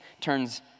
turns